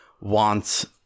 wants